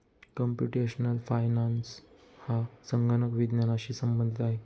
computational finance हा संगणक विज्ञानाशी संबंधित आहे